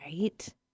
Right